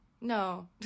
no